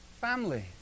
family